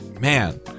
Man